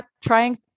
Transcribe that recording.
trying